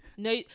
No